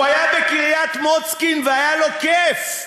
הוא היה בקריית-מוצקין והיה לו כיף,